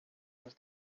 was